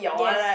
yes